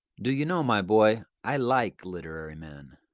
do you know, my boy, i like literary men.